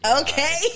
Okay